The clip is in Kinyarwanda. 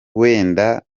wenda